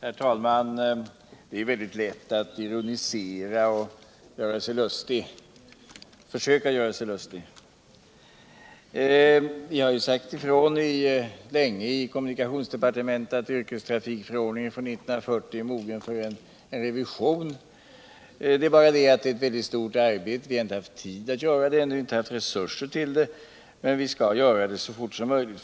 Herr talman! Det är väldigt lätt att ironisera och försöka göra sig lustig. I kommunikationsdepartementet har vi länge tyckt att yrkestrafikförordningen från 1940 är mogen för en revision. Det är bara det att det är ett väldigt stort arbete. Vi har inte haft tid att göra det ännu. Vi har inte resurser till det, men vi skall göra det så fort som möjligt.